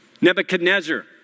Nebuchadnezzar